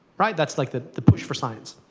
right, that's like the the push for science.